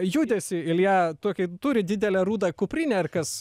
judesį ilja tokį turi didelę rudą kuprinę ir kas